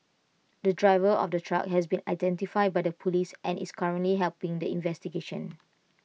the driver of the truck has been identified by the Police and is currently helping the investigations